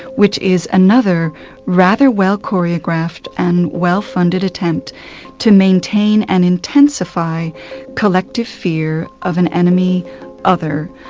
which is another rather well choreographed and well funded attempt to maintain and intensify collective fear of an enemy other.